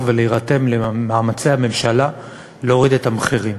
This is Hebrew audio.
ולהירתם למאמצי הממשלה להוריד את המחירים.